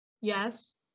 Yes